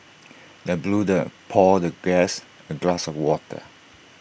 the butler poured the guest A glass of water